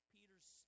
Peter's